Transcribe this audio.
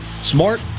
smart